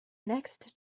next